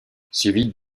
suivis